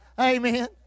Amen